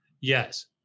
Yes